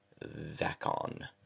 Vacon